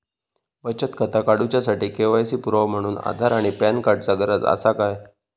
बचत खाता काडुच्या साठी के.वाय.सी पुरावो म्हणून आधार आणि पॅन कार्ड चा गरज आसा काय?